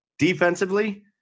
defensively